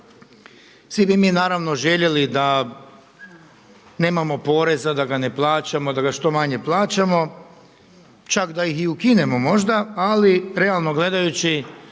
Svi bi mi naravno željeli da nemamo poreza, da ga ne plaćamo, da ga što manje plaćamo čak da ih i ukinemo možda. Ali realno gledajući